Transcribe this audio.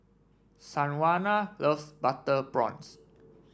Sanjuana loves Butter Prawns